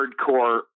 hardcore